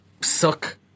suck